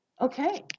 Okay